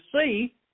see